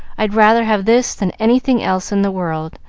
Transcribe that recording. i'd rather have this than anything else in the world,